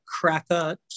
Cracker